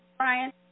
Brian